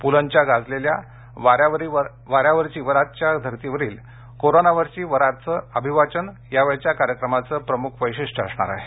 प्लंच्या गाजलेल्या वाऱ्यावरची वरातच्या धर्तीवरील कोरोनावरची वरातचं अभिवाचन यावेळच्या कार्यक्रमाचं प्रमुख वैशिष्ठय असणार आहे